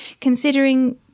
considering